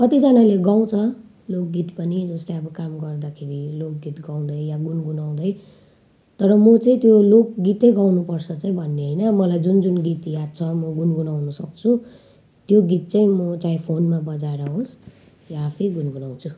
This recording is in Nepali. कतिजनाले गाउँछ लोकगीत पनि जस्तै अब काम गर्दाखेरि लोकगीत गाउँदै या गुनगुनाउँदै तर म चाहिँ त्यो लोकगीतै गाउनुपर्छ चाहिँ भन्ने होइन मलाई जुन जुन गीत याद छ म गुनगुनाउनु सक्छु त्यो गीत चाहिँ म चाहे फोनमा बजाएर होस् या आफै गुनगुनाउँछु